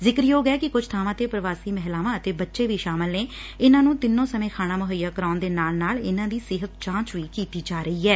ਜ਼ਿਕਰਯੋਗ ਐ ਕਿ ਕੁਝ ਬਾਵਾਂ ਤੇ ਪ੍ਵਾਸੀ ਮਹਿਲਾਵਾਂ ਅਤੇ ਬੱਚੇ ਵੀ ਸ਼ਾਮਲ ਨੇ ਇਨੂਾਂ ਨੂੰ ਤਿੰਨੋ ਸਮੇਂ ਖਾਣਾ ਮੁਹੱਈਆ ਕਰਾਉਣ ਦੇ ਨਾਲ ਨਾਲ ਇਨਾਂ ਦੀ ਸਿਹਤ ਜਾਂਚ ਵੀ ਕੀਤੀ ਜਾ ਰਹੀ ਐ